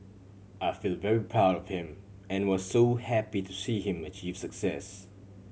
I feel very proud of him and was so happy to see him achieve success